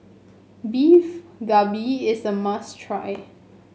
Beef Galbi is a must try